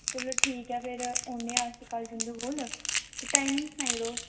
चलो ठीक ऐ फिर आने आं अस कल तुंदे कोल ते टाइमिंग सनाई उड़ो